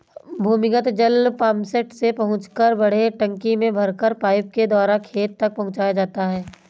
भूमिगत जल पम्पसेट से पहुँचाकर बड़े टंकी में भरकर पाइप के द्वारा खेत तक पहुँचाया जाता है